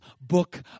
book